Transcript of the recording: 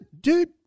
Dude